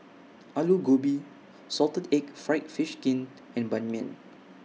Aloo Gobi Salted Egg Fried Fish Skin and Ban Mian